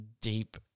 deep